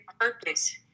purpose